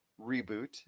reboot